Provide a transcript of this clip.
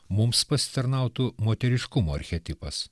mums pasitarnautų moteriškumo archetipas